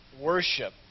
worship